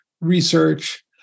research